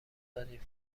دادیم